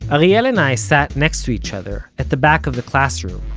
ariel and i sat next to each other, at the back of the classroom.